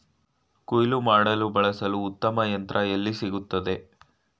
ಕುಯ್ಲು ಮಾಡಲು ಬಳಸಲು ಉತ್ತಮ ಯಂತ್ರ ಎಲ್ಲಿ ಸಿಗುತ್ತದೆ?